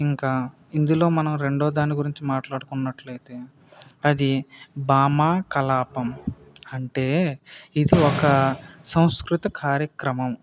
ఇంకా ఇందులో మనం రెండో దాని గురించి మాట్లాడుకున్నట్లయితే అది భామ కలాపం అంటే ఇది ఒక సంస్కృతి కార్యక్రమం